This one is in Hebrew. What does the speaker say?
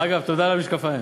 אגב, תודה על המשקפיים.